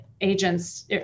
agents